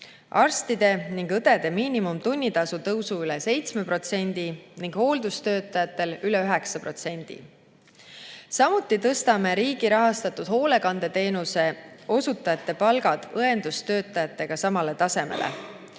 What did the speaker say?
arstide ja õdede miinimumtunnitasu tõusu üle 7% ning hooldustöötajatel üle 9%. Samuti tõstame riigi rahastatud hoolekandeteenuste osutajate palgad õendustöötajate palkadega samale tasemele.